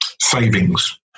savings